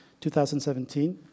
2017